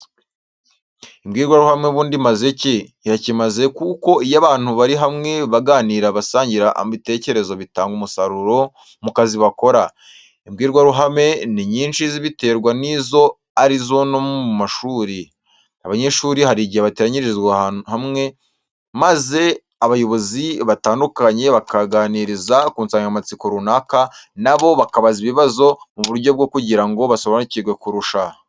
Imbwirwaruhame ubundi imaze iki? Irakimaze kuko iyo abantu bari hamwe baganira basangira ibitekerezo bitanga umusaruro mu kazi bakora. Imbwirwaruhame ni nyinshi biterwa n'izo ari zo no mu mashuri, abanyeshuri hari igihe bateranyirizwa hamwe maze abayobozi batandukanye bakabaganiriza ku nsanganyamatsiko runaka na bo bakabaza ibibazo mu buryo bwo kugira ngo basobanukirwe kurusha.